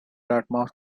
dartmouth